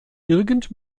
irgend